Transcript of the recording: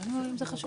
אם זה חשוב לה.